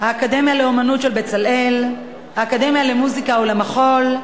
האקדמיה לאמנות "בצלאל", האקדמיה למוזיקה ולמחול,